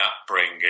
upbringing